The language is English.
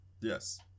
Yes